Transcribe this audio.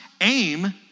aim